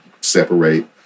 separate